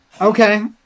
Okay